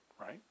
Right